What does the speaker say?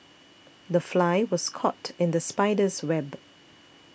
the fly was caught in the spider's web